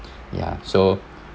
ya so